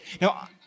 Now